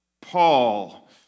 Paul